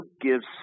gives